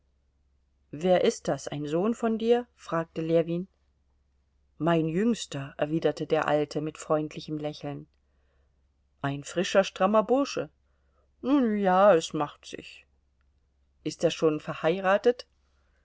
wer ist das ein sohn von dir fragte ljewin mein jüngster erwiderte der alte mit freundlichem lächeln ein frischer strammer bursche nun ja es macht sich ist er schon verheiratet